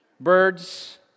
Birds